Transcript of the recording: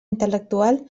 intel·lectual